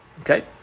Okay